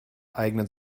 eignen